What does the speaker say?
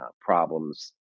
problems